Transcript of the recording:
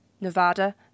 Nevada